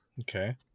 Okay